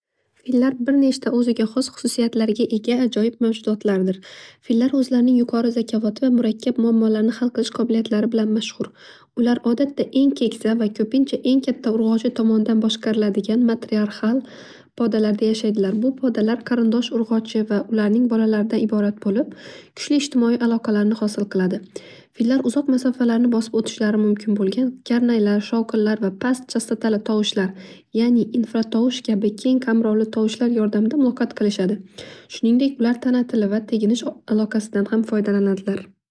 Fillar bir nechta o'ziga xos xususiyatlarga ega ajoyib mavjudoodlardir. Fillar o'zlarining yuqori zakovati va urakkab muammolarni hal qilish qobiliyatlari bilan mavjud. Ular odatda eng keksa va eng katta urg'ochi tomondan boshqariladigan matriarxal podalarda yashaydilar. Bu podalar qarindosh urg'ochi va ularning bolalaridan iborat bo'lib kuchli ijtimoiy aloqalarni hosil qiladi. Fillar uzoq masofani bosib o'tishlari mumkin bo'lgan, karnaylar, shovqinlar va past chastotali tovushlar ya'ni infra tovush kabi keng qamrovli tovushlar yordamida muloqot qilishadi. Shuningdek ular tana tili va teginish aloqasidan ham foydalanadilar.